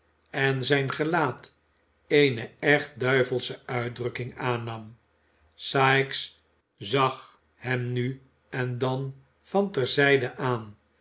en zijn gelaat eene echt duivelsche uitdrukking aannam sikes zag hem nu en dan van ter zijde aan